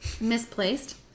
Misplaced